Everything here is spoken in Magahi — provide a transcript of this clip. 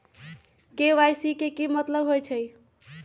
के.वाई.सी के कि मतलब होइछइ?